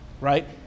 right